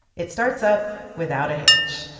it starts up without a hitch.